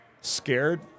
scared